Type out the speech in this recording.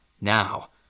Now